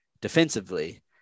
defensively